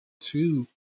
Two